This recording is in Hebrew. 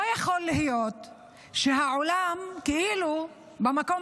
לא יכול להיות שהעולם כאילו נעצר במקום